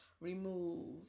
remove